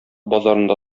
базарында